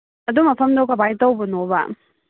ꯑꯗꯨ ꯃꯐꯝꯗꯣ ꯀꯃꯥꯏ ꯇꯧꯕꯅꯣꯕ